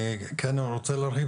אני כן רוצה להרחיב,